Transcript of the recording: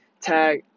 tag